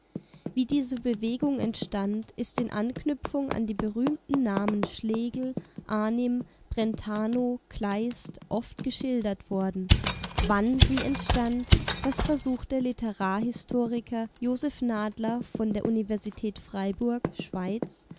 wie diese bewegung entstand ist in anknüpfung an die berühmten namen schlegel arnim brentano kleist oft geschildert worden wann sie entstand das versucht der literarhistoriker josef nadler von der universität freiburg